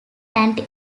anti